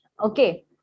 Okay